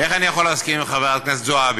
איך אני יכול להסכים עם חברת הכנסת זועבי?